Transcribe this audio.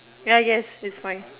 ya yes is fine